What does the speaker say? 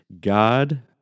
God